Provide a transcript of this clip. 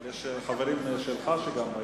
לחברים שלך יש